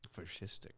Fascistic